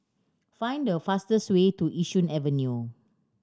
find the fastest way to Yishun Avenue